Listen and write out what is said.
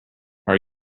are